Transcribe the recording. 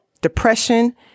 depression